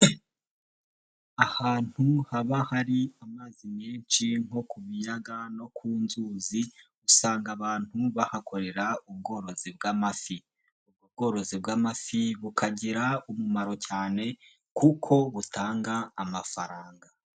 Ahantu haba hari amazi menshi nko ku biyaga no ku nzuzi ,usanga abantu bahakorera ubworozi bw'amafi. Ubworozi bw'amafi bukagira umumaro cyane kuko butanga amafaranga.